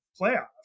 playoffs